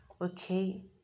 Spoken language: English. okay